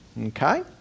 Okay